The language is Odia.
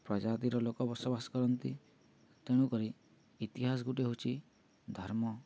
ପ୍ରଜାତିର ଲୋକ ବସବାସ କରନ୍ତି ତେଣୁକରି ଇତିହାସ ଗୋଟେ ହେଉଛି ଧର୍ମ